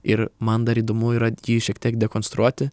ir man dar įdomu yra jį šiek tiek dekonstruoti